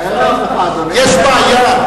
יש בעיה.